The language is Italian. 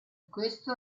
questo